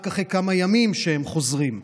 רק אחרי כמה ימים כשהם חוזרים.